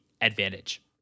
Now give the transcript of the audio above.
advantage